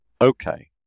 Okay